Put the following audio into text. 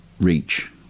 reach